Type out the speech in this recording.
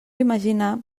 imaginar